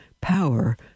power